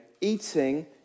eating